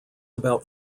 about